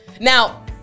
Now